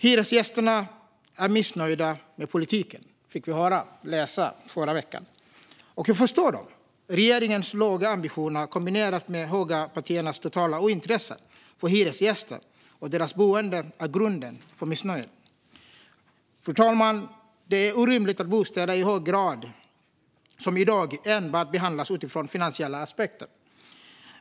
Hyresgästerna är missnöjda med politiken, fick vi höra och läsa i förra veckan. Och jag förstår dem. Regeringens låga ambitioner kombinerat med högerpartiernas totala ointresse för hyresgäster och deras boende är grunden för missnöjet. Fru talman! Det är orimligt att bostäder i så hög grad som i dag enbart behandlas utifrån finansiella aspekter.